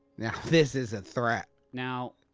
now this is a threat. now,